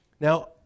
Now